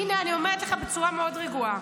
הינה אני אומרת לך בצורה מאוד רגועה.